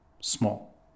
small